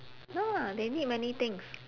no lah they need many things